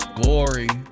glory